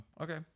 Okay